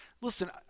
Listen